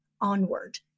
onward